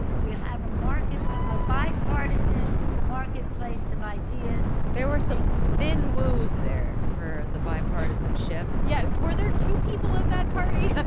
we'll have a market a bipartisan marketplace of ideas there were some thin whoos there for the bipartisanship yeah. were there two people at that party?